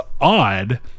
odd